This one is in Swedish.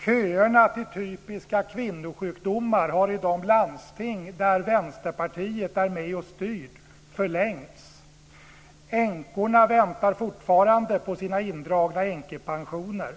Köerna gällande typiska kvinnosjukdomar har i de landsting där Vänsterpartiet är med och styr förlängts. Änkorna väntar fortfarande på sina indragna änkepensioner.